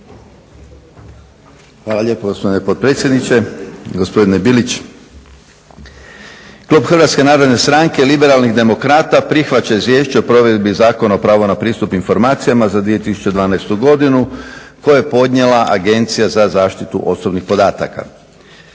Hvala lijepo gospodine potpredsjedniče, gospodine Bilić. Klub HNS-a prihvaća Izvješće o provedbi Zakona o pravu na pristup informacijama za 2012. godinu koje je podnijela Agencija za zaštitu osobnih podataka.